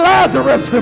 Lazarus